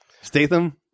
Statham